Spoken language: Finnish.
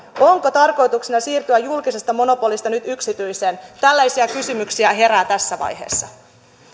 onko tarkoituksena siirtyä julkisesta monopolista nyt yksityiseen tällaisia kysymyksiä herää tässä vaiheessa